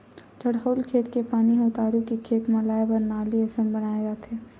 चड़हउ खेत के पानी ह उतारू के खेत म लाए बर नाली असन बनाए जाथे